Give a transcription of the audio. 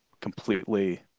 completely